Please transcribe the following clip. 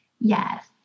Yes